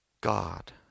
God